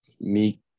Meek